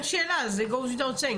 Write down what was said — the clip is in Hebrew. זה goes without saying,